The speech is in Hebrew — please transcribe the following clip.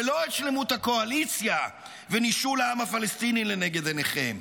ולא את שלמות הקואליציה ונישול העם הפלסטיני לנגד עיניכם.